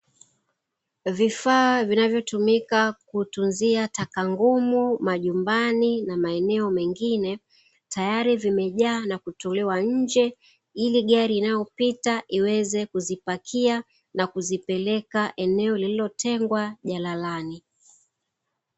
Vifaa vinavyotumika kuhifadhia taka ngumu nyumbani na maeneo mengine, tayari zimejaa kutolewa nje iligari inayopita iweze kuzipakia na kuzipeka eneo lililotengwa jalalani.